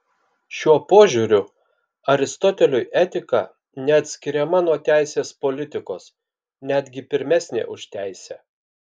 šiuo požiūriu aristoteliui etika neatskiriama nuo teisės politikos netgi pirmesnė už teisę